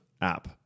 app